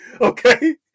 okay